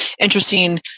interesting